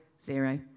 zero